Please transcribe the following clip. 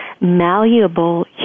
malleable